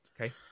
Okay